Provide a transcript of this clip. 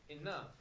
enough